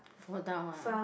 fall down ah